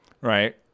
right